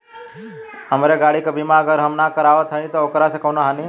हमरे गाड़ी क बीमा अगर हम ना करावत हई त ओकर से कवनों हानि?